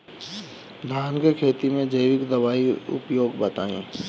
धान के खेती में जैविक दवाई के उपयोग बताइए?